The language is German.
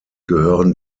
gehören